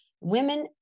women